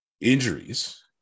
injuries